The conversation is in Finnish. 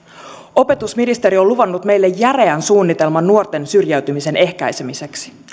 opetusministeri on luvannut meille järeän suunnitelman nuorten syrjäytymisen ehkäisemiseksi